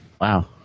Wow